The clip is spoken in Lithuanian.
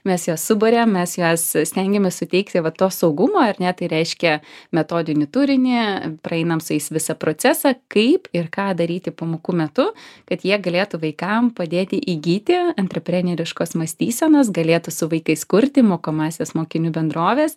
mes juos suburiam mes juos stengiamės suteikti va to saugumo ar ne tai reiškia metodinį turinį praeinam su jais visą procesą kaip ir ką daryti pamokų metu kad jie galėtų vaikam padėti įgyti antrepreneriškos mąstysenos galėtų su vaikais kurti mokomąsias mokinių bendroves